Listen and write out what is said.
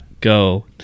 go